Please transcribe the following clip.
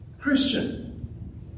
Christian